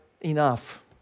enough